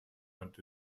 hand